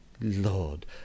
Lord